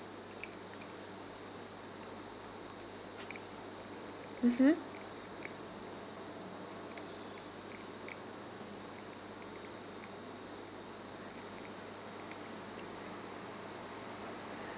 mmhmm